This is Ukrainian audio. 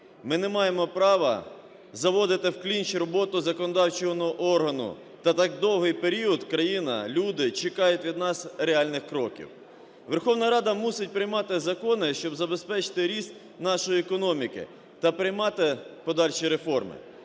Ми не маємо права заводити в клінч роботу законодавчого органу. Та й так довгий період країна, люди чекають від нас реальних кроків. Верховна Рада мусить приймати закони, щоб забезпечити ріст нашої економіки та приймати подальші реформи.